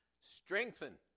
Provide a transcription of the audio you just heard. strengthen